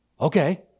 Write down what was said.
Okay